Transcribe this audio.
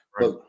Right